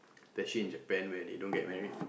especially in Japan where they don't get married